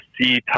see